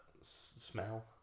smell